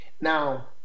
Now